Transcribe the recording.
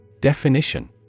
Definition